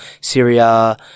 Syria